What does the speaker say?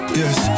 yes